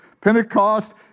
Pentecost